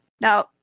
Now